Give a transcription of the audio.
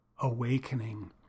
awakening